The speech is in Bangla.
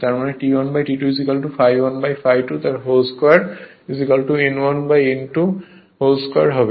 তার মানে T1 T2 ∅1 ∅2 ² n1 n2 ² হবে